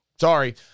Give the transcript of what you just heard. sorry